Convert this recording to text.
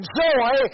joy